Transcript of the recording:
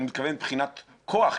אני מתכוון מבחינת כוח,